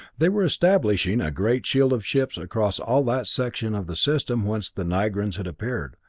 they were establishing a great shield of ships across all that section of the system whence the nigrans had appeared,